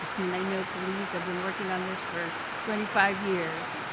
and i know police have been working on this for twenty five years,